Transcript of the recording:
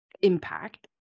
impact